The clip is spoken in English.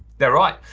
they're right,